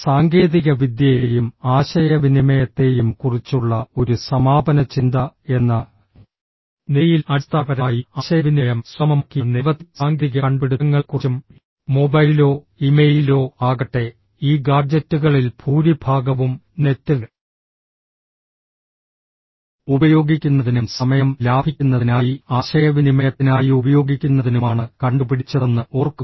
സാങ്കേതികവിദ്യയെയും ആശയവിനിമയത്തെയും കുറിച്ചുള്ള ഒരു സമാപന ചിന്ത എന്ന നിലയിൽ അടിസ്ഥാനപരമായി ആശയവിനിമയം സുഗമമാക്കിയ നിരവധി സാങ്കേതിക കണ്ടുപിടുത്തങ്ങളെക്കുറിച്ചും മൊബൈലോ ഇമെയിലോ ആകട്ടെ ഈ ഗാഡ്ജെറ്റുകളിൽ ഭൂരിഭാഗവും നെറ്റ് ഉപയോഗിക്കുന്നതിനും സമയം ലാഭിക്കുന്നതിനായി ആശയവിനിമയത്തിനായി ഉപയോഗിക്കുന്നതിനുമാണ് കണ്ടുപിടിച്ചതെന്ന് ഓർക്കുക